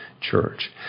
church